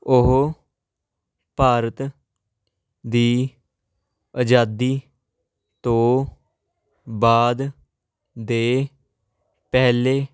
ਉਹ ਭਾਰਤ ਦੀ ਆਜ਼ਾਦੀ ਤੋਂ ਬਾਅਦ ਦੇ ਪਹਿਲੇ